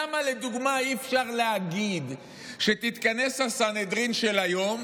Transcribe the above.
למה אי-אפשר לדוגמה להגיד שתתכנס הסנהדרין של היום